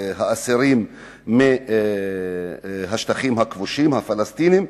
האסירים מהשטחים הכבושים, הפלסטינים,